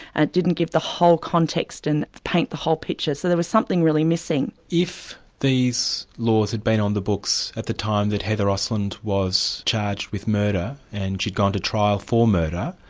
and it didn't give the whole context and paint the whole picture. so there was something really missing. if these laws had been on the books at the time that heather osland was charged with murder, and she'd gone to trial for murder,